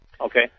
Okay